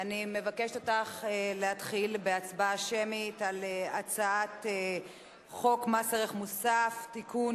אני מבקשת ממך להתחיל בהצבעה שמית על הצעת חוק מס ערך מוסף (תיקון,